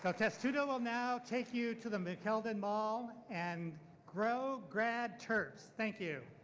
ah testudo will now take you to the mckeldin mall and grow grad terps, thank you.